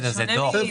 זה שונה ממס.